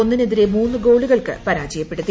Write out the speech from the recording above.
ഒന്നിനെതിരെ മൂന്ന് ഗോളുകൾക്ക് പരാജയപ്പെടുത്തി